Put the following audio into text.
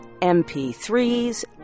MP3s